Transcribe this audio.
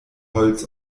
holz